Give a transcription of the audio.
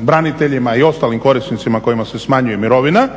braniteljima i ostalim korisnicima kojima se smanjuje mirovina